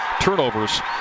turnovers